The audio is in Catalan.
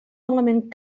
element